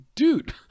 dude